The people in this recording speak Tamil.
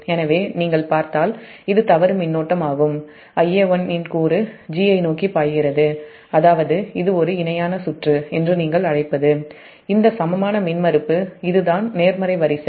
எனவே நீங்கள் பார்த்தால் இது தவறு மின்னோட்டமாகும் Ia1 இன் கூறு 'g' ஐ நோக்கி பாய்கிறது அதாவது இது ஒரு இணையான சுற்று என்று நீங்கள் அழைப்பது இந்த சமமான மின்மறுப்பு இதுதான் நேர்மறை வரிசை